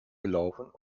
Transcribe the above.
gelaufen